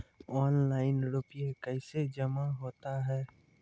Online रुपये कैसे जमा होता हैं?